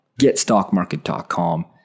Getstockmarket.com